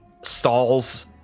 stalls